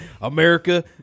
America